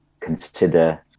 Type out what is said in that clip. consider